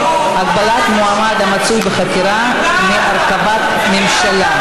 הגבלת מועמד המצוי בחקירה מהרכבת ממשלה).